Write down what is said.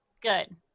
Good